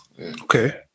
Okay